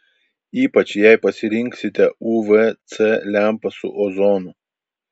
ypač jei pasirinksite uv c lempą su ozonu